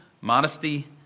modesty